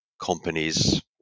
companies